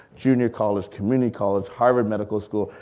junior college, community college, harvard medical school,